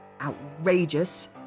outrageous